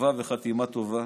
כתיבה וחתימה טובה,